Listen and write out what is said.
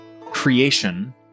creation